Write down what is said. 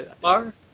Bar